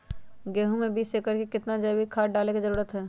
गेंहू में बीस एकर में कितना जैविक खाद डाले के जरूरत है?